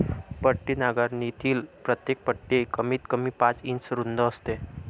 पट्टी नांगरणीतील प्रत्येक पट्टी कमीतकमी पाच इंच रुंद असते